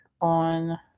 on